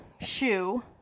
shoe